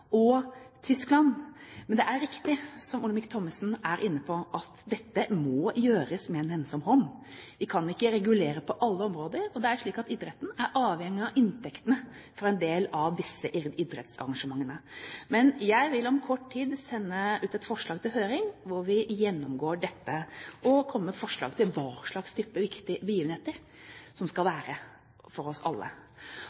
og Tyskland. Men det er riktig, som Olemic Thommessen er inne på, at dette må gjøres med nennsom hånd. Vi kan ikke regulere på alle områder. Og det er slik at idretten er avhengig av inntektene fra en del av disse idrettsarrangementene. Jeg vil om kort tid sende et forslag ut på høring hvor vi gjennomgår dette, og vil komme med forslag om hva slags type viktige begivenheter som skal